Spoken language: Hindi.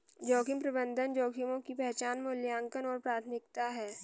जोखिम प्रबंधन जोखिमों की पहचान मूल्यांकन और प्राथमिकता है